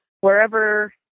wherever